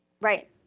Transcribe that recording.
Right